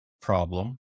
problem